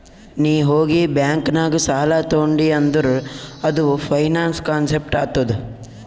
ನೀ ಹೋಗಿ ಬ್ಯಾಂಕ್ ನಾಗ್ ಸಾಲ ತೊಂಡಿ ಅಂದುರ್ ಅದು ಫೈನಾನ್ಸ್ ಕಾನ್ಸೆಪ್ಟ್ ಆತ್ತುದ್